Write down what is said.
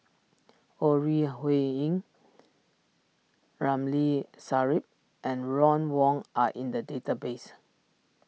Ore Huiying Ramli Sarip and Ron Wong are in the database